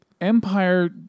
Empire